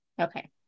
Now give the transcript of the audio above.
Okay